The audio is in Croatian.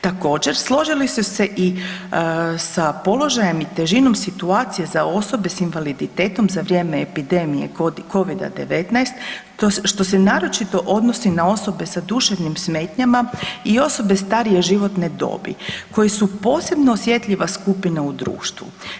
Također složili su se i sa položajem i težinom situacije za osobe s invaliditetom za vrijeme epidemije Covida-10 što se naročito odnosi na osobe sa duševnim smetnjama i osobe starije životne dobi koje su posebno osjetljiva skupina u društvu.